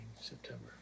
September